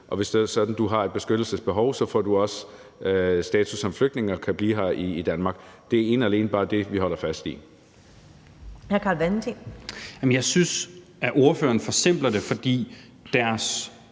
at du har et beskyttelsesbehov, så får du også status som flygtning og kan blive her i Danmark. Det er ene og alene bare det, vi holder fast i. Kl. 15:11 Første næstformand